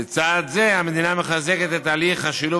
בצעד זה המדינה מחזקת את תהליך השילוב